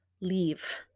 leave